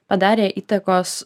padarė įtakos